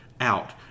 out